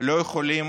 לא יכולים